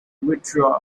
withdraw